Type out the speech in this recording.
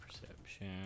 Perception